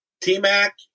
T-Mac